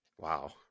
Wow